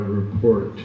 report